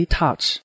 Touch